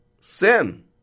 Sin